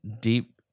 deep